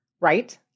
right